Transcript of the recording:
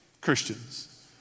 Christians